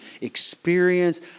experience